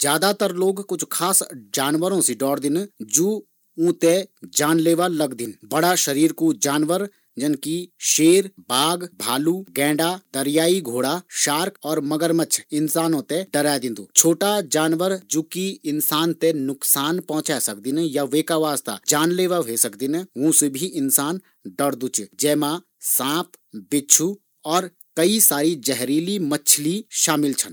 ज्यादातर लोग कुछ ख़ासकर जानवरो सी डरदिन जु ऊँ ते जानलेवा लगदीन, बड़ा शरीर कु जानवर जन कि शेर बाघ भालू गेंडा दरियाई घोड़ा शार्क और मगरमच्छ इंसानों ते डरोदिन। छोटा जानवर जु इंसान ते नुकसान पोछे सकदिन जे मा साँप बिच्छु और कैसारी जहरीली मछली शामिल छन